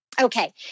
Okay